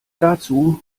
dazu